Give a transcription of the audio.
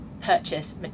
purchase